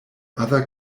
other